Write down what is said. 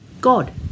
God